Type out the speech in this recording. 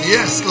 Yes